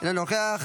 אינו נוכח,